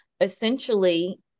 essentially